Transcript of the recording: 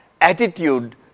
attitude